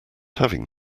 having